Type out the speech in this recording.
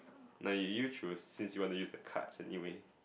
no you choose since you want to use the cards anyway